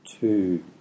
two